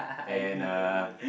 and uh